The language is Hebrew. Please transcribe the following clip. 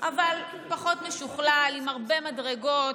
אבל פחות משוכלל, עם הרבה מדרגות.